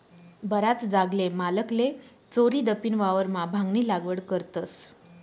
बराच जागल्या मालकले चोरीदपीन वावरमा भांगनी लागवड करतस